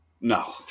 No